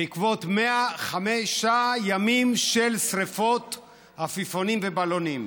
בעקבות 105 ימים של שרפות עפיפונים ובלונים.